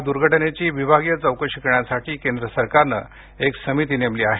या दुर्घटनेची विभागीय चौकशी करण्यासाठी केंद्र सरकारनं एक समिती नेमली आहे